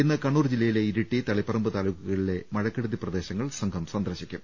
ഇന്ന് കണ്ണൂർ ജില്ലയിലെ ഇരിട്ടി തളിപ്പറമ്പ് താലൂക്കുകളിലെ മഴക്കെടുതി പ്രദേശങ്ങൾ സംഘം സന്ദർശിക്കും